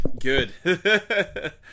good